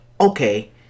Okay